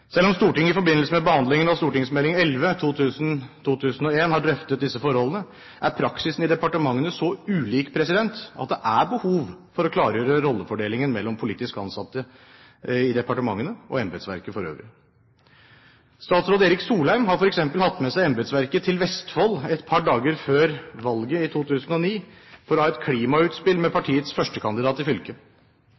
Selv om Stortinget i forbindelse med behandlingen av St.meld. nr. 11 for 2000–2001 drøftet disse forholdene, er praksisen i departementene så ulik at det er behov for å klargjøre rollefordelingen mellom politisk ansatte i departementene og i embetsverket for øvrig. Statsråd Erik Solheim hadde f.eks. med seg embetsverket til Vestfold et par dager før valget i 2009 for å ha et klimautspill med